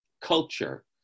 culture